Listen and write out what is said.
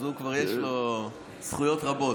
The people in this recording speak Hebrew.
כבר יש לו זכויות רבות.